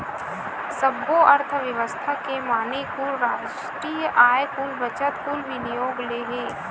सब्बो अर्थबेवस्था के माने कुल रास्टीय आय, कुल बचत, कुल विनियोग ले हे